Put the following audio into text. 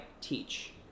teach